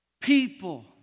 people